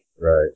Right